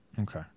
Okay